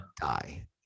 die